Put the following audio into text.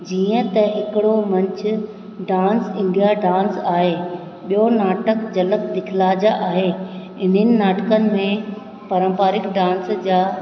जीअं त हिकिड़ो मंच डांस इंडिया डांस आहे ॿियो नाटक झलक दिखलाजा आहे इन्हनि नाटकनि में परंपारिक डांस जा